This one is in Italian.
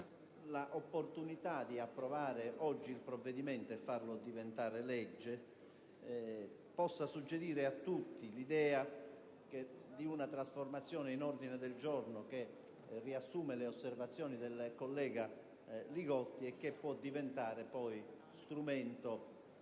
l'opportunità di approvare oggi il provvedimento e farlo diventare legge possa suggerire a tutti l'idea di una trasformazione degli emendamenti in un ordine del giorno che riassuma le osservazioni del collega Li Gotti e che può diventare strumento